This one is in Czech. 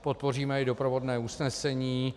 Podpoříme i doprovodné usnesení.